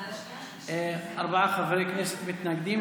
ארבעה חברי כנסת מתנגדים.